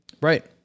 right